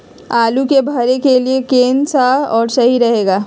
आलू के भरे के लिए केन सा और सही रहेगा?